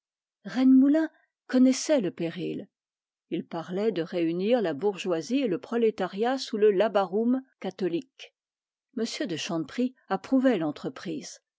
rennemoulin connaissait le péril il parlait de réunir la bourgeoisie et le prolétariat sous le labarum catholique m de chanteprie approuvait l'entreprise